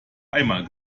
einmal